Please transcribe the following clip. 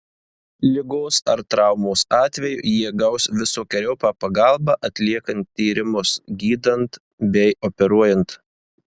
ligos ar traumos atveju jie gaus visokeriopą pagalbą atliekant tyrimus gydant bei operuojant